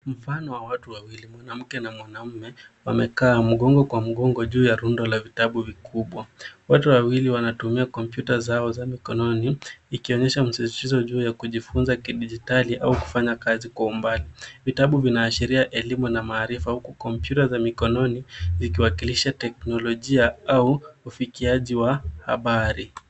Mfano wa watu wawili mwanamke na mwanaume wamekaa mgongo kwa mgongo juu ya rundo la vitabu. Watu wawili wanatumia kompyuta zao za mikononi ikionyesha msisitizo juu ya kujifunza kidigitali au kufanya kazi kwa umbali. Vitabu vinaashiria elimu na maarifa huku kompyuta za mikono zikiwakilisha teknolojia au ufikiaji wa habari.